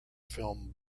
film